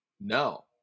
no